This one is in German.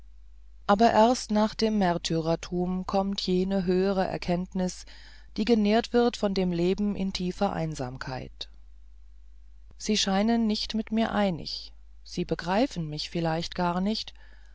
aber erst nach dem märtyrertum kommt jene höhere erkenntnis die genährt wird von dem leben in tiefer einsamkeit sie scheinen nicht mit mir einig sie begreifen mich vielleicht gar nicht